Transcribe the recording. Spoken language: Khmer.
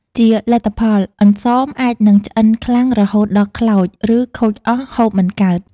ជាលទ្ធផល អន្សមអាចនឹងឆ្អិនខ្លាំងរហូតដល់ ខ្លោច ឬខូចអស់ ហូបមិនកើត។